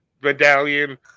medallion